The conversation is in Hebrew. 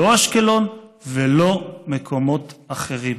לא אשקלון ולא מקומות אחרים".